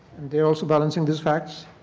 they are also balancing these facts.